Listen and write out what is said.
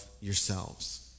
yourselves